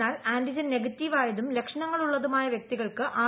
എന്നാൽ ആന്റിജൻ നെഗറ്റീവായതും ലക്ഷണങ്ങളുള്ളതുമായ വൃക്തികൾക്ക് ആർ